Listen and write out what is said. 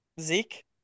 Zeke